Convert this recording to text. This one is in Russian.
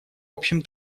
общем